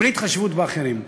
בלי התחשבות באחרים.